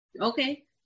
Okay